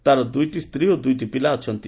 ତାର ଦୁଇଟି ସ୍ତୀ ଓ ଦୁଇଟି ପିଲା ଅଛନ୍ତି